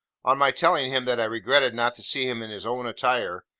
on my telling him that i regretted not to see him in his own attire,